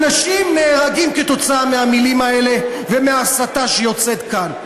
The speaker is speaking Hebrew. אנשים נהרגים כתוצאה מהמילים האלה ומההסתה שיוצאת כאן.